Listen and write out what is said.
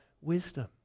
wisdom